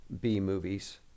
B-movies